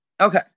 Okay